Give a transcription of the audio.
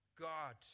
God